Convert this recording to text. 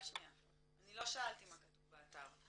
אני לא שאלתי מה כתוב באתר,